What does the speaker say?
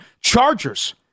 Chargers